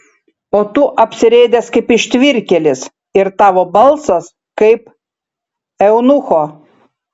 o tu apsirėdęs kaip ištvirkėlis ir tavo balsas kaip eunucho